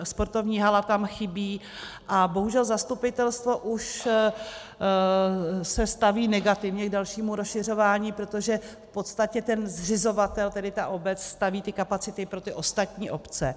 Sportovní hala tam chybí a bohužel zastupitelstvo se už staví negativně k dalšímu rozšiřování, protože v podstatě zřizovatel, tedy obec, staví kapacity pro ty ostatní obce.